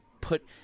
put